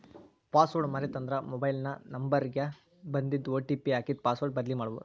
password ಮರೇತಂದ್ರ mobile number ಗ ಬನ್ದಿದ್ ಒ.ಟಿ.ಪಿ ಹಾಕಿ ಪಾಸ್ವರ್ಡ್ ಬದ್ಲಿಮಾಡ್ಬೊದು